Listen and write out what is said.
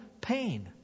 pain